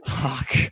Fuck